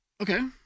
Okay